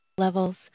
levels